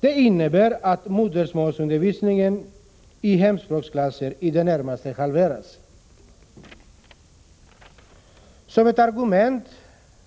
Det innebär att modersmålsundervisningen i hemspråksklasser i det närmaste halveras. Som ett argument